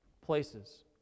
places